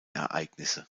ereignisse